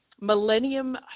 millennium